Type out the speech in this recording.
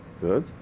Good